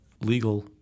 legal